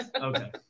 Okay